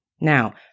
Now